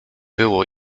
było